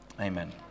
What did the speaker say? Amen